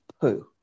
poo